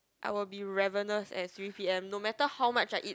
I will be ravenous at three p_m no matter how much I eat